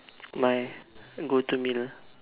my go to meal ah